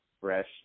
fresh